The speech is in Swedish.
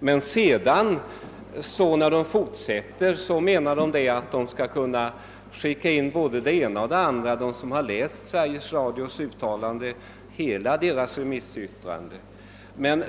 det synas som om Sveriges Radio anser att man skall kunna sända både det ena och det andra.